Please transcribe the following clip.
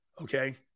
Okay